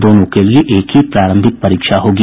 दोनों के लिए एक ही प्रारंभिक परीक्षा होगी